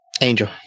Angel